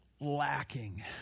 lacking